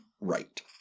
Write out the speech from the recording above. right